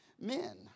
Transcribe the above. men